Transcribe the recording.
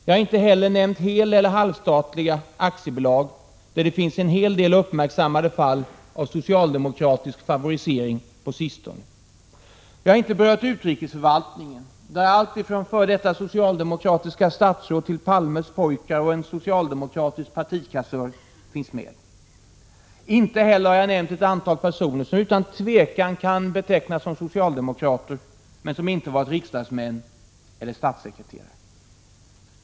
Jag har inte heller nämnt heleller halvstatliga aktiebolag, där det finns en del uppmärksammade fall av socialdemokratisk favorisering på sistone. Jag har inte berört utrikesförvaltningen, där allt ifrån f.d. socialdemokratiska statsråd till Palmes pojkar och en socialdemokratisk partikassör finns med. Inte heller har jag nämnt ett antal personer som utan tvivel kan betraktas som socialdemokrater men som inte varit riksdagsmän eller statssekreterare.